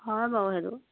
হয় বাৰু সেইটো